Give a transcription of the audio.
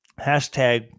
Hashtag